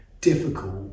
difficult